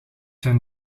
zijn